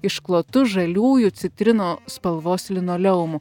išklotu žaliųjų citrinų spalvos linoleumu